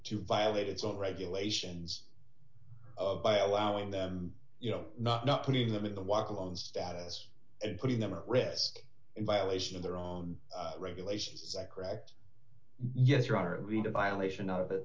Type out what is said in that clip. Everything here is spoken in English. to violate its own regulations of by allowing them you know not not putting them in the walk alone status and putting them at risk in violation of their own regulations that correct yes rather read a violation of